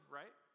right